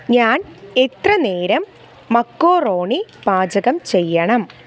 ഞാൻ എത്ര നേരം മക്കോറോണി പാചകം ചെയ്യണം